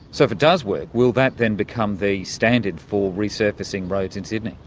so if it does work, will that then become the standard for resurfacing roads in sydney?